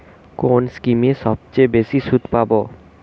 কোন স্কিমে সবচেয়ে বেশি সুদ পাব?